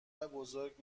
بزرگ